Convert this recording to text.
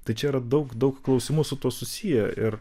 tai čia yra daug daug klausimų su tuo susiję ir